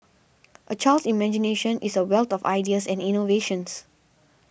a child's imagination is a wealth of ideas and innovations